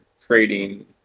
creating